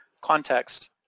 context